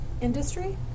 industry